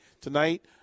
tonight